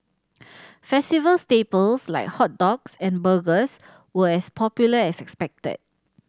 festival staples like hot dogs and burgers were as popular as expected